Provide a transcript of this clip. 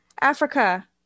Africa